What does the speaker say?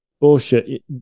bullshit